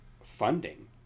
funding